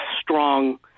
strong